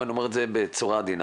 ואני אומר את זה בצורה עדינה.